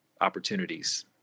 opportunities